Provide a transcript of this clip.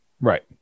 Right